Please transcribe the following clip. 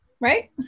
Right